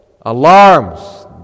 Alarms